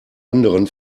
anderen